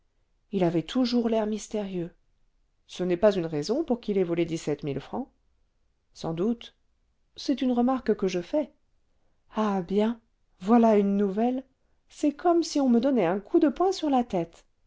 il avait toujours l'air mystérieux ce n'est pas une raison pour qu'il ait volé dix-sept mille francs sans doute c'est une remarque que je fais ah bien voilà une nouvelle c'est comme si on me donnait un coup de poing sur la tête